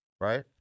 right